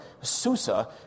Susa